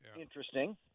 interesting